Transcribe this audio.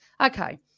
Okay